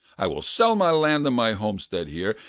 i will sell my land and my homestead here,